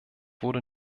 wurde